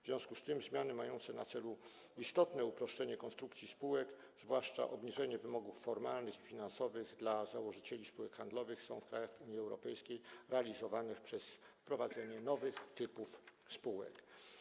W związku z tym zmiany mające na celu istotne uproszczenie konstrukcji spółek, zwłaszcza obniżenie wymogów formalnych i finansowych dla założycieli spółek handlowych, są w krajach Unii Europejskiej realizowane przez wprowadzenie nowych typów spółek.